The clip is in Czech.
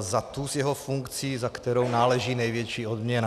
za tu z jeho funkcí, za kterou náleží největší odměna.